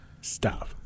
Stop